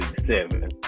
seven